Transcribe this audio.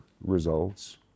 Results